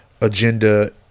agenda